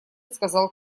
сказал